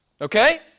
Okay